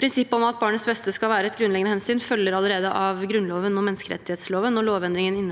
Prinsippet om at barnets beste skal være et grunnleggende hensyn, følger allerede av Grunnloven og menneskerettsloven, og lovendringen